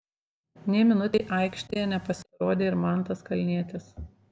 nė minutei aikštėje nepasirodė ir mantas kalnietis